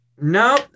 No